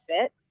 fit